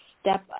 step